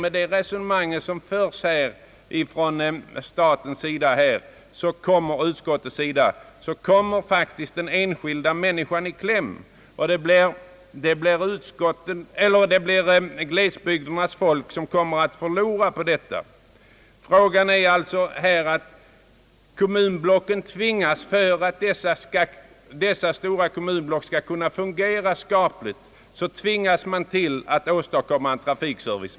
Med det resonemang som utskottet här för kommer faktiskt den enskilda människan i kläm, och det blir glesbygdernas folk som förlorar på detta. För att dessa stora kommunblock skall kunna fungera skapligt tvingas man att åstadkomma en trafikservice.